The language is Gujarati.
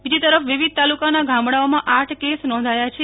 બીજી તરફ વિવિધ તાલુકાના ગામડાઓમાં આઠ કેસ નોંધાયા છે